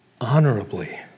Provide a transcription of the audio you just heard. honorably